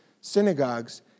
synagogues